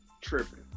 tripping